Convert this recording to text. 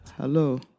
Hello